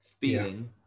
feeling